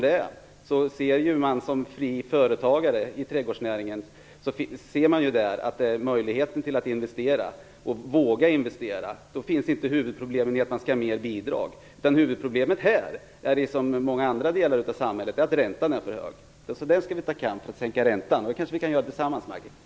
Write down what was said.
De fria företagarna inom trädgårdsnäringen ser därför möjligheten att investera, och de vågar investera. Då är inte huvudproblemet ökade bidrag, utan huvudproblemet här är, som i många andra delar av samhället, att räntan är för hög. Vi skall ta upp kampen för att sänka räntan. Det kanske vi kan göra tillsammans, Maggi Mikaelsson.